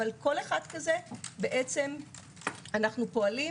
אבל כל אחד כזה אנו פועלים